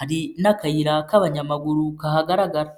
hari n'akayira k'abanyamaguru kahagaragara.